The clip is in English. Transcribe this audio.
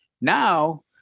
now